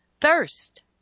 thirst